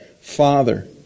Father